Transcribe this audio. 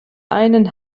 einen